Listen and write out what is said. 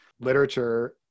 literature